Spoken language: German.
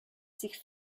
sich